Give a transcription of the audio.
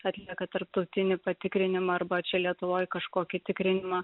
atlieka tarptautinį patikrinimą arba čia lietuvoj kažkokį tikrinimą